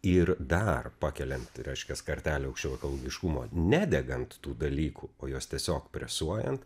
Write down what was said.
ir dar pakeliant reiškias kartelę aukščiau ekologiškumo nedegant tų dalykų o juos tiesiog presuojant